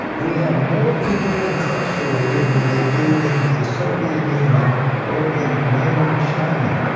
we had more people incarcerated than they do in the soviet union or in mainland china.